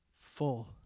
full